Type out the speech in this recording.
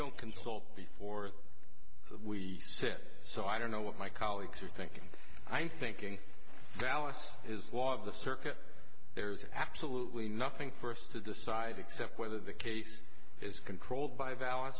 don't consult before we sit so i don't know what my colleagues are thinking i thinking dallas is law of the circuit there's absolutely nothing for us to decide except whether the case is controlled by valid